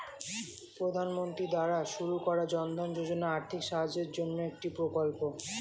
প্রধানমন্ত্রী দ্বারা শুরু করা জনধন যোজনা আর্থিক সাহায্যের জন্যে একটি প্রকল্প